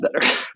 better